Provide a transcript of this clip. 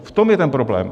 V tom je ten problém.